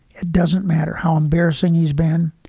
it doesn't matter how embarrassing he's been,